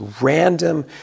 random